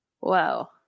Wow